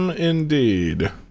Indeed